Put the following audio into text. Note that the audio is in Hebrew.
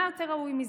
מה יותר ראוי מזה?